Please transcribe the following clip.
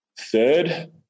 Third